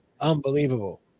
Unbelievable